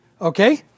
Okay